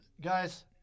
guys